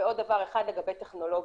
עוד דבר אחד לגבי טכנולוגיות.